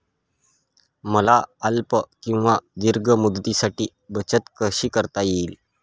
मला अल्प किंवा दीर्घ मुदतीसाठी बचत कशी करता येईल?